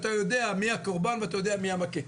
אתה יודע מי הקורבן ואתה יודע מי המכה,